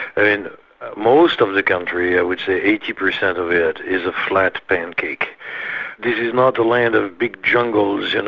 and most of the country, i would say eighty percent of it, is a flat pancake. this is not the land of big jungles, and